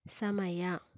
ಸಮಯ